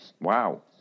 wow